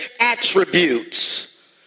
attributes